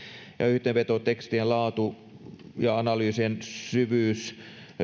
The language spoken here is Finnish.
yhteenvetotekstien laatu ja analyysien syvyys